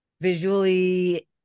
visually